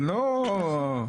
זה לא,